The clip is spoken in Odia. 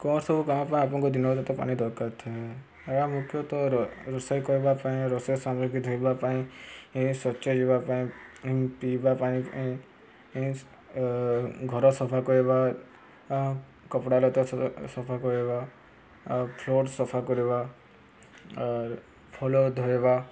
କ'ଣ ସବୁ କାମ ପାଇଁ ଆପଣଙ୍କ ଦିନ ତ ପାଣି ଦରକାର ଥାଏ ଏହା ମୁଖ୍ୟତଃ ରୋଷେଇ କରିବା ପାଇଁ ରୋଷେଇ ସାମଗ୍ରୀ ଧୋଇବା ପାଇଁ ସ୍ୱଚ୍ଛ ଯିବା ପାଇଁ ପିଇବା ପାଇଁ ପାଇଁ ଘର ସଫା କରିବା କପଡ଼ାଲତା ସଫା କରିବା ଫ୍ଲୋର୍ ସଫା କରିବା ଆର୍ ଫଳ ଧୋଇବା